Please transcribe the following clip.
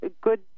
Good